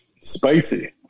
spicy